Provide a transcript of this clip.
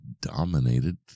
dominated